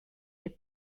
les